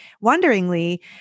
wonderingly